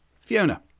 fiona